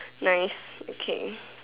nice okay